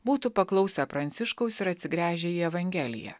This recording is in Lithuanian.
būtų paklausę pranciškaus ir atsigręžę į evangeliją